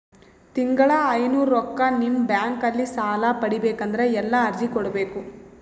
ತಿಂಗಳ ಐನೂರು ರೊಕ್ಕ ನಿಮ್ಮ ಬ್ಯಾಂಕ್ ಅಲ್ಲಿ ಸಾಲ ಪಡಿಬೇಕಂದರ ಎಲ್ಲ ಅರ್ಜಿ ಕೊಡಬೇಕು?